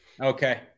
okay